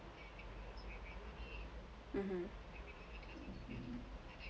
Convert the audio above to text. mmhmm